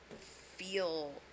feel